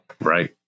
Right